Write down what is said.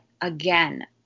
again